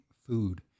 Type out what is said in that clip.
food